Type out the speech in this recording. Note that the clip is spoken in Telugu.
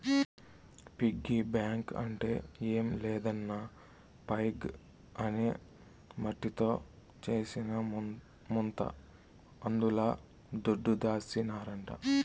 పిగ్గీ బాంక్ అంటే ఏం లేదన్నా పైగ్ అనే మట్టితో చేసిన ముంత అందుల దుడ్డు దాసినారంట